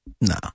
No